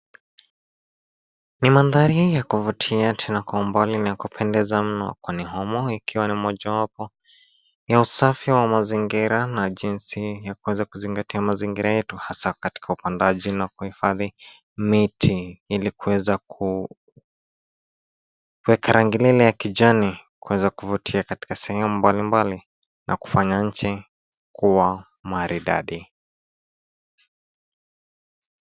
Ni mandhari ya kuvutia tena kwa umbali na ya kupendeza mno. Kwani humu ikiwa mojawapo ya usafi wa mazingira na jinsi ya kuweza kuzingatia mazingira yetu; hasa katika upandaji na kuhifadhi miti ili kuweza kuweka rangi ile ya kijani, kuweza kuvutia katika sehemu mbalimbali na kufanya nchi kuwa maridadi.